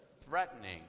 threatening